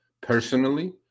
Personally